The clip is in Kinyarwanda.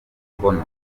umukono